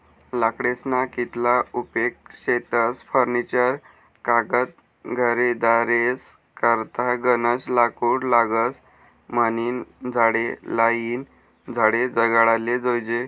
लाकडेस्ना कितला उपेग शेतस फर्निचर कागद घरेदारेस करता गनज लाकूड लागस म्हनीन झाडे लायीन झाडे जगाडाले जोयजे